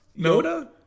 Yoda